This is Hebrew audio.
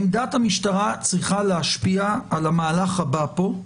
עמדת המשטרה צריכה להשפיע על המהלך הבא פה,